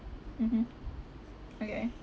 mmhmm okay